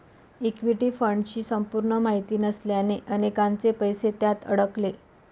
equity फंडची संपूर्ण माहिती नसल्याने अनेकांचे पैसे त्यात अडकले